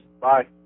Bye